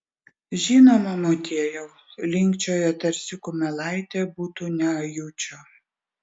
žinoma motiejau linkčioja tarsi kumelaitė būtų ne ajučio